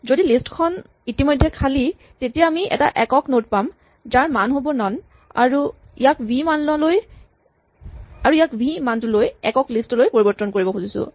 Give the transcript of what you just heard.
যদি লিষ্ট খন ইতিমধ্যে খালী তেতিয়া আমি এটা একক নড পাম যাৰ মান হ'ব নন আৰু আমি ইয়াক ভি মান লৈ একক লিষ্ট লৈ পৰিবৰ্তন কৰিব খুজিছোঁ